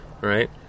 right